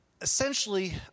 Essentially